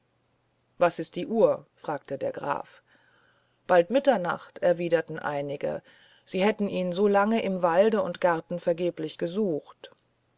was ist die uhr fragte der graf bald mitternacht erwiderten einige sie hätten ihn so lange im walde und garten vergeblich gesucht